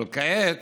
אבל כעת